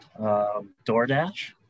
DoorDash